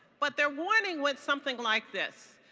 but their warning went something like this,